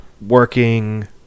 working